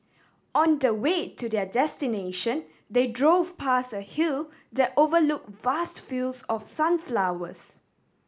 on the way to their destination they drove past a hill that overlook vast fields of sunflowers